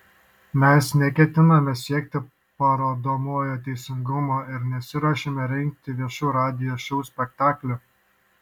mes neketiname siekti parodomojo teisingumo ir nesiruošiame rengti viešų radijo šou spektaklių